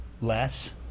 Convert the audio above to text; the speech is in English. less